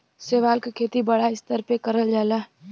शैवाल के खेती बड़ा स्तर पे करल जाला